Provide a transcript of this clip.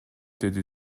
деди